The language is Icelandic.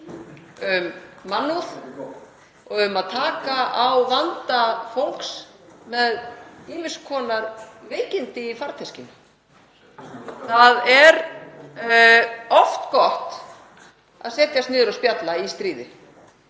og mannúð og um að taka á vanda fólks með ýmiss konar veikindi í farteskinu. Það er oft gott að setjast niður og spjalla í stríði,